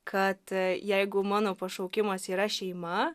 kad jeigu mano pašaukimas yra šeima